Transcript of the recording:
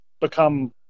become